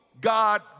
God